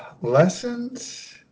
Lessons